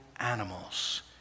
Animals